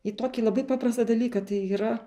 į tokį labai paprastą dalyką tai yra